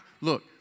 look